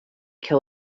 kill